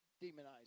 demonized